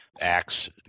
acts